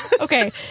okay